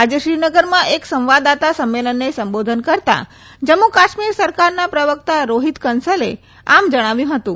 આજે શ્રીનગરમાં એક સંવાદદાતા સંમેલનને સંબોધન કરતાં જમ્મુ કાશ્મીર સરકારના પ્રવક્તા રોફીત કંસલે આમ જણાવ્યું હતું